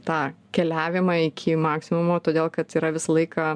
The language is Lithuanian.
tą keliavimą iki maksimumo todėl kad yra visą laiką